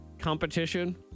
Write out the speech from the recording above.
Competition